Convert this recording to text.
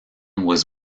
was